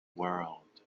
world